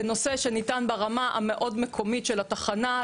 זה נושא שניתן ברמה המאוד מקומית של התחנה,